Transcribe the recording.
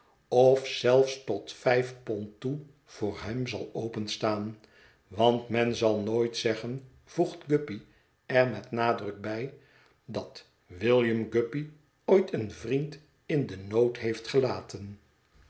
of zelfs tot vijf pond toe voor hem zal openstaan want men zal nooit zeggen voegt guppy er met nadruk bij dat william guppy ooit een vriend in den nood heeft gelaten